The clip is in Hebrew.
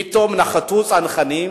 פתאום נחתו צנחנים